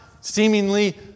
seemingly